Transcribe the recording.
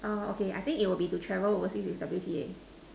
err okay I think it will be to travel overseas with W_T_A